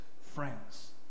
friends